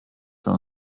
für